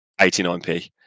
89p